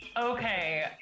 okay